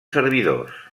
servidors